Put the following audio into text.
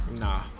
Nah